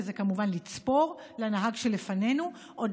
וזה כמובן לצפור לנהג שלפנינו עוד